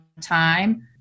time